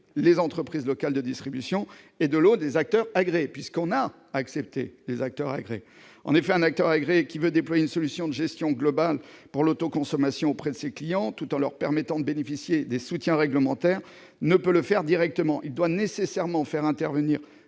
les entreprises locales de distribution et, de l'autre, les acteurs agréés, que l'on a acceptés à ce titre. En effet, un acteur agréé qui veut déployer une solution de gestion globale pour l'autoconsommation auprès de ses clients tout en leur permettant de bénéficier des soutiens réglementaires ne peut procéder directement. Il doit nécessairement faire intervenir